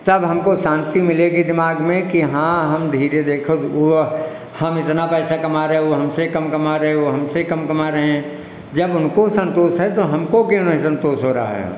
तब हमको शांति मिलेगी दिमाग में कि हाँ हम धीरे देखो वो हम इतना पाइसा कमा रहे ऊ हमसे कम कमा रहे ऊ हमसे कम कमा रहे हैं जब उनको संतोष है तो हमको क्यों नहीं संतोष हो रहा है